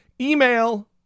Email